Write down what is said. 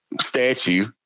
statue